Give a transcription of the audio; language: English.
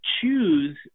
choose